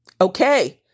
okay